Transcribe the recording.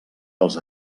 els